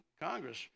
Congress